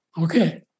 Okay